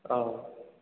औ